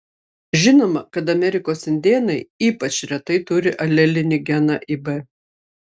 žinoma kad amerikos indėnai ypač retai turi alelinį geną ib